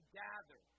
gather